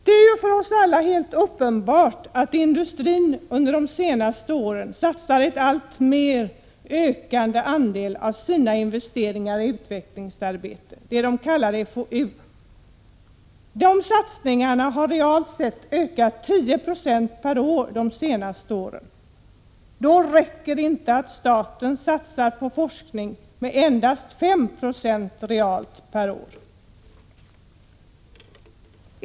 Det är för oss alla helt uppenbart att industrin under de senaste åren satsat en alltmer ökande andel av sina investeringar i utvecklingsarbete, det som kallas fou. Dessa satsningar har realt sett ökat med 10 96 per år de senaste åren. Då räcker det inte att staten satsar på forskning med endast 5 96 realt per år.